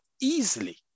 easily